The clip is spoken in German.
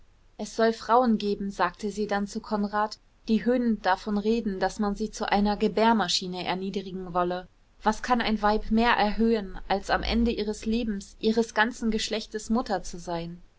es soll frauen geben sagte sie dann zu konrad die höhnend davon reden daß man sie zu einer gebärmaschine erniedrigen wolle was kann ein weib mehr erhöhen als am ende ihres lebens ihres ganzen geschlechtes mutter zu sein